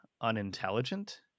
unintelligent